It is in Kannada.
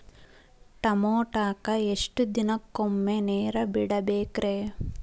ಟಮೋಟಾಕ ಎಷ್ಟು ದಿನಕ್ಕೊಮ್ಮೆ ನೇರ ಬಿಡಬೇಕ್ರೇ?